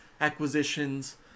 acquisitions